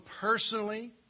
personally